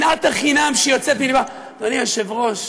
שנאת החינם שיוצאת מלבה, אדוני היושב-ראש,